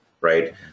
Right